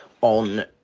on